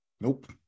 Nope